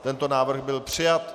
Tento návrh byl přijat.